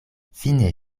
fine